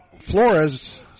Flores